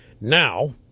Now